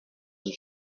and